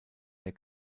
der